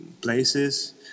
places